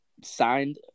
signed